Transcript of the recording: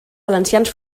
valencians